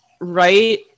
right